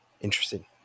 interesting